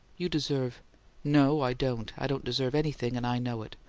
you deserve no, i don't. i don't deserve anything, and i know it.